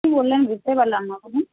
কী বললেন বুঝতে পারলাম না বলুন